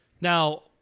Now